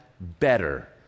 better